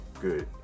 good